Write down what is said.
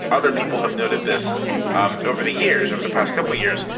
other people have noted this um over the years, over the past couple of years,